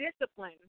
discipline